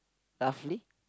roughly